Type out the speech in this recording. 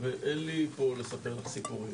ואין לי פה לספר לך סיפורים.